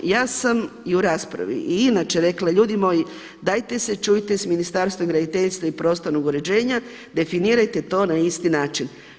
Ja sam i u raspravi i inače rekla ljudima dajte se čujte sa Ministarstvom graditeljstva i prostornog uređenja, definirajte to na isti način.